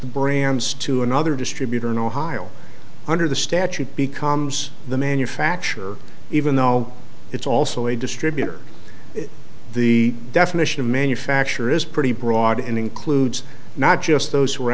brands to another distributor in ohio under the statute becomes the manufacture even though it's also a distributor the definition of manufacture is pretty broad includes not just those w